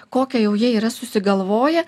kokia jau jie yra susigalvoję